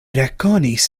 rekonis